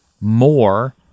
more